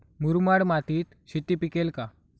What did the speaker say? मुरमाड मातीत शेती पिकेल का?